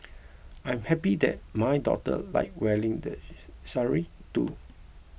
I am happy that my daughter likes wearing the sari too